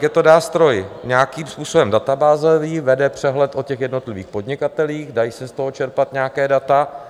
Je to nástroj nějakým způsobem databázový, vede přehled o těch jednotlivých podnikatelích, dají se z toho čerpat nějaká data.